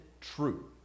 true